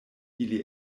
ili